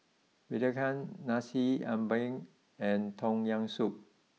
Belacan Nasi Ambeng and Tom Yam Soup